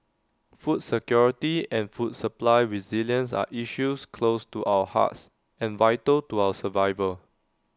food security and food supply resilience are issues close to our hearts and vital to our survival